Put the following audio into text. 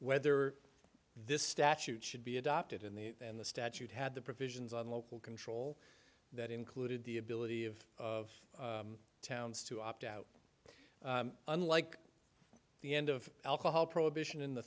whether this statute should be adopted in the in the statute had the provisions on local control that included the ability of of towns to opt out unlike the end of alcohol prohibition in the